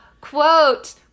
Quote